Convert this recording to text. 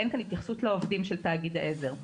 אין כאן התייחסות לעובדים של תאגיד העזר,